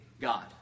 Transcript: God